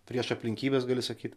prieš aplinkybes gali sakyt